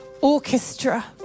orchestra